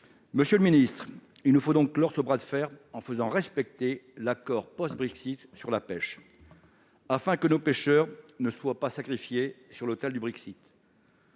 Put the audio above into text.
Monsieur le secrétaire d'État, il nous faut clore ce bras de fer en faisant respecter l'accord post-Brexit sur la pêche, afin que nos pêcheurs ne soient pas sacrifiés sur l'autel du Brexit.